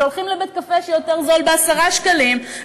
שהולכים לבית-קפה שיותר זול ב-10 שקלים,